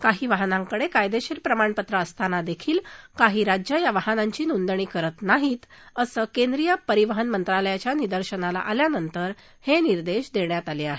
काही वाहनांकडे कायदेशीर प्रमाणपत्र असतानादेखील काही राज्य या वाहनांची नोंदणी करत नाही असं केंद्रीय परिवहन मंत्रालयाच्या निदर्शनास आल्यानंतर हे निर्देश देण्यात आले आहेत